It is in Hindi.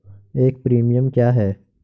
एक प्रीमियम क्या है?